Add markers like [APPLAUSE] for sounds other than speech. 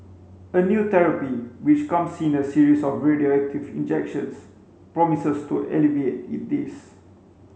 a new therapy which comes in a series of radioactive injections promises to alleviate [UNINTELLIGIBLE] this